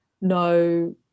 no